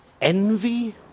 Envy